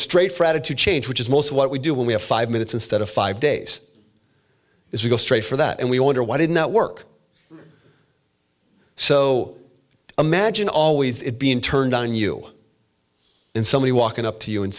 straight for attitude change which is most of what we do when we have five minutes instead of five days if we go straight for that and we wonder why didn't that work so imagine always it being turned on you in somebody walking up to you and